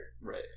Right